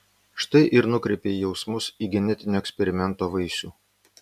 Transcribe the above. štai ir nukreipei jausmus į genetinio eksperimento vaisių